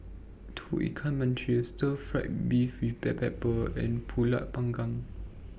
Tauge Ikan Masin Stir Fry Beef with Black Pepper and Pulut Panggang